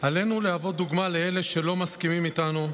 עלינו להוות דוגמה לאלה שלא מסכימים איתנו,